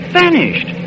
vanished